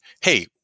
hey